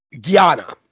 Guyana